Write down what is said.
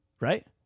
Right